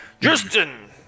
Justin